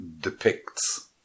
depicts